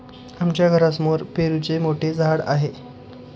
आमच्या घरासमोर पेरूचे मोठे झाड आहे